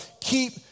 Keep